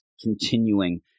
continuing